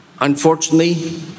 Unfortunately